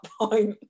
point